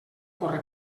corre